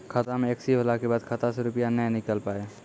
खाता मे एकशी होला के बाद खाता से रुपिया ने निकल पाए?